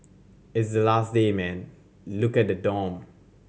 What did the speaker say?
it's the last day man look at the dorm